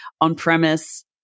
on-premise